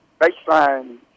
Baseline